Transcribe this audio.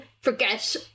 forget